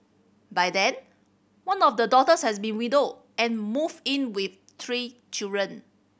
by then one of the daughters has been widowed and moved in with three children